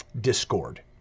discord